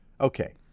okay